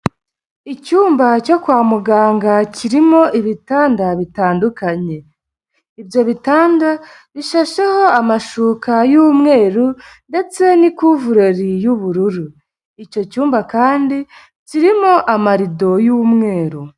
Icyumba cyo kwa muganga kirimo ibitanda bitandukanye, ibyo bitanda bishasheho amashuka y'umweru ndetse n'ikuvurori y'ubururu, icyo cyumba kandi kirimo amarido y'umweru.